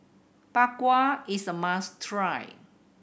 Bak Kwa is a must try